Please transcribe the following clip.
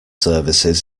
services